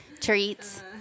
treats